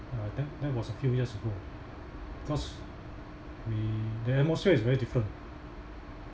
uh that that was a few years ago cause we the atmosphere was very different